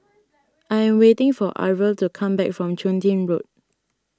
I am waiting for Arvel to come back from Chun Tin Road